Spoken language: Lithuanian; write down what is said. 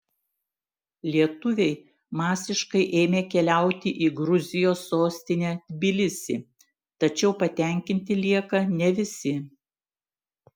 lietuviai masiškai ėmė keliauti į gruzijos sostinę tbilisį tačiau patenkinti lieka ne visi